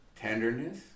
Tenderness